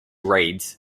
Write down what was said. reads